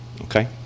okay